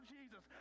Jesus